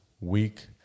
week